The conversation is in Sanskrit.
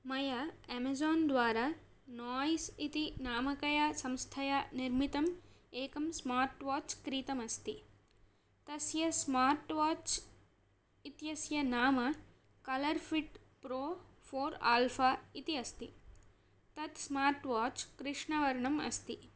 मया एमेज़ोन् द्वारा नौस् इति नामकया संस्थया निर्मितम् एकं स्मार्ट् वाच् क्रीतम् अस्ति तस्य स्मार्ट् वाच् इत्यस्य नाम ColorFit Pro four Alpha इति अस्ति तत् स्मार्ट् वाच् कृष्णवर्णम् अस्ति